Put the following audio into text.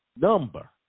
number